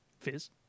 Fizz